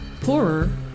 poorer